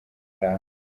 araho